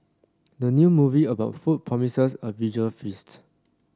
the new movie about food promises a visual feasts